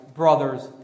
Brothers